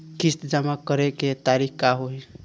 किस्त जमा करे के तारीख का होई?